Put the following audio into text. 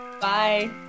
bye